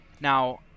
now